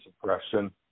suppression